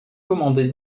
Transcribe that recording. commander